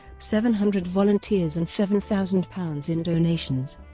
seven hundred volunteers and seven thousand pounds in donations,